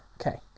Okay